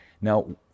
Now